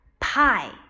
Pie